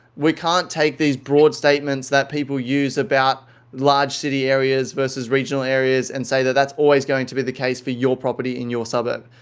we can't take these broad statements that people use about large city areas versus regional areas and say that that's always going to be the case for your property in your suburb.